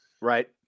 Right